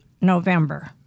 November